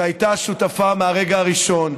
שהייתה שותפה מהרגע הראשון,